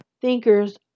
thinkers